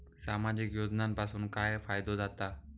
सामाजिक योजनांपासून काय फायदो जाता?